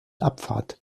abfahrt